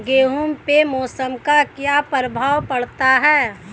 गेहूँ पे मौसम का क्या प्रभाव पड़ता है?